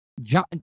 John